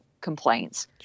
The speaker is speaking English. complaints